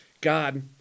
God